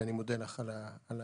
ואני מודה לך על ההיחשפות.